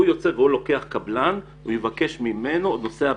ייצא והוא לוקח קבלן הוא יבקש ממנו את נושא הבטיחות.